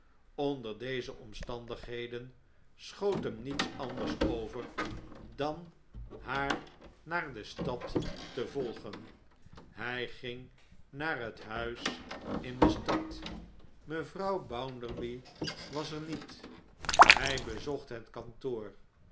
onder deze omstandigheden schoot hem niets anders over dan haar naar de stad te volgen hij ging naar het huis in de stad mevrouw bounderby was er niet hij bezocht het kantoor